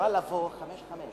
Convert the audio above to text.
עשר דקות.